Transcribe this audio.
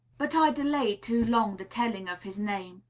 but i delay too long the telling of his name.